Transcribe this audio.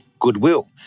goodwill